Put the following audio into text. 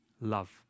love